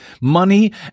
money